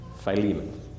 Philemon